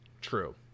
true